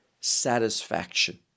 satisfaction